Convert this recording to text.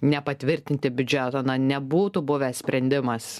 nepatvirtinti biudžeto na nebūtų buvęs sprendimas